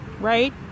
right